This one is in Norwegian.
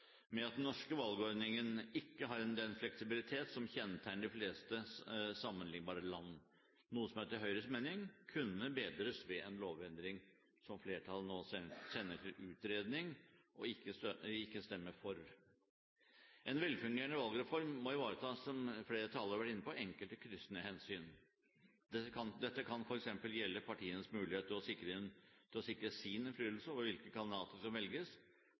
– at den norske valgordningen ikke har den fleksibilitet som kjennetegner de fleste sammenlignbare land, noe som etter Høyres mening kunne bedres ved en lovendring, som flertallet nå sender til utredning og ikke stemmer for. En velfungerende valgreform må – som flere talere har vært inne på – ivareta enkelte kryssende hensyn. Dette kan f.eks. gjelde partienes mulighet til å sikre sin innflytelse over hvilke kandidater som velges